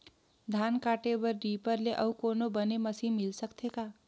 धान काटे बर रीपर ले अउ कोनो बने मशीन मिल सकथे का?